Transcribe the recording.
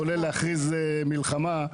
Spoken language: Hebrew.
כולל להכריז מלחמה,